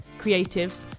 creatives